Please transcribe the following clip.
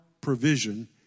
provision